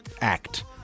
act